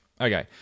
okay